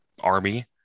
army